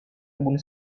kebun